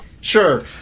Sure